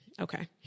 okay